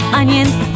onions